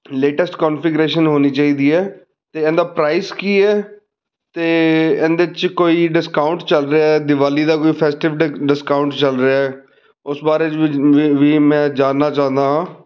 latest configuration ਹੋਣੀ ਚਾਹੀਦੀ ਹੈ ਅਤੇ ਇਹਦਾ ਪ੍ਰਾਈਸ ਕੀ ਹੈ ਅਤੇ ਇਹਦੇ 'ਚ ਕੋਈ ਡਿਸਕਾਊਂਟ ਚੱਲ ਰਿਹਾ ਹੈ ਦਿਵਾਲੀ ਦਾ ਕੋਈ ਫੈਸਟੀਵ ਡਿ ਡਿਸਕਾਊਂਟ ਚੱਲ ਰਿਹਾ ਹੈ ਉਸ ਬਾਰੇ 'ਚ ਵੀ ਵੀ ਵੀ ਮੈਂ ਜਾਣਨਾ ਚਾਹੁੰਦਾ ਹਾਂ